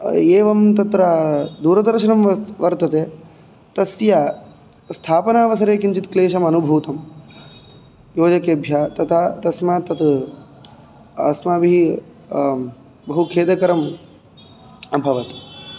एवं तत्र दूरदर्शनं वर्तते तस्य स्थापनावसरे किञ्चित् क्लेषमनुभूतं योजकेभ्यः तथा तस्मात् तत् अस्माभिः बहु खेदकरम् अभवत्